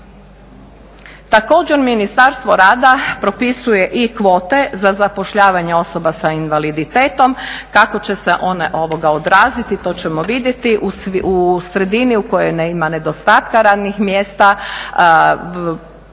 Također Ministarstvo rada propisuje i kvote za zapošljavanje osoba sa invaliditetom, kako će se one odraziti, to ćemo vidjeti. U sredini u kojoj ima nedostatka radnih mjesta